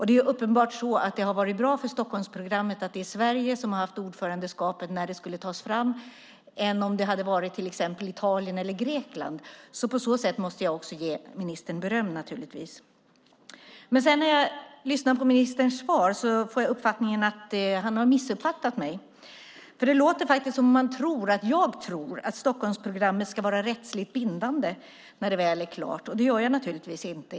Det är uppenbart att det var bättre för Stockholmsprogrammet att Sverige hade ordförandeskapet när det skulle tas fram än om det hade varit till exempel Italien eller Grekland. På så sätt måste jag naturligtvis också ge ministern beröm. När jag lyssnar på ministerns svar får jag dock uppfattningen att han har missuppfattat mig. Det låter nämligen som om han tror att jag tror att Stockholmsprogrammet ska vara rättsligt bindande när det väl är klart, och det gör jag naturligtvis inte.